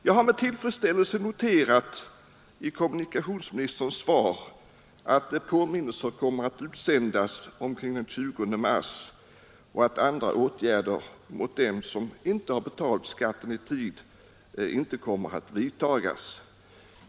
Jag har med tillfredsställelse noterat i kommunikationsministerns svar att påminnelser kommer att utsändas omkring den 20 mars och att andra åtgärder mot dem som inte betalt skatten i tid inte kommer att vidtas.